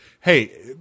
hey